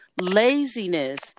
laziness